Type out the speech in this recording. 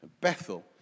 Bethel